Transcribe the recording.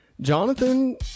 Jonathan